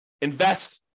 invest